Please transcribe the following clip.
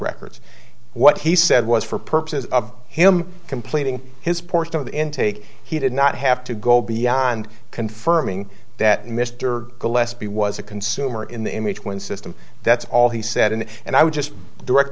records what he said was for purposes of him completing his portion of the intake he did not have to go beyond confirming that mr gillespie was a consumer in the image when system that's all he said in and i would just direct